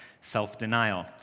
self-denial